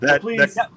Please